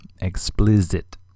explicit